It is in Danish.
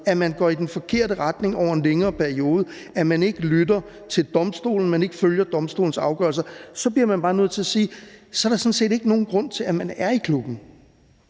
at man går i den forkerte retning over en længere periode, at man ikke lytter til domstolen, at man ikke følger domstolens afgørelser, så bliver vi bare nødt til at sige, at så er der sådan set ikke nogen grund til, at man er i klubben.